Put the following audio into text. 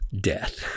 death